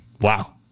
wow